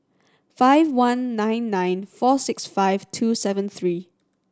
five one nine nine four six five two seven three